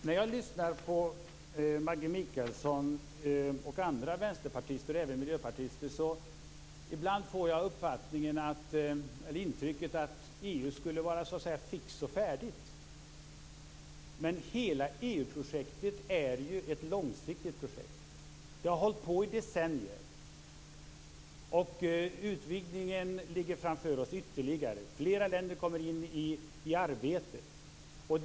Fru talman! När jag lyssnar på Maggi Mikaelsson och andra vänsterpartister och miljöpartister får jag ibland intrycket att EU skulle vara fixt och färdigt. Hela EU-projektet är ju ett långsiktigt projekt. Det har pågått i decennier. Utvidgningen ligger framför oss. Flera länder kommer in i arbetet.